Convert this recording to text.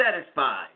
satisfied